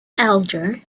elder